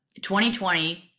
2020